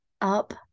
up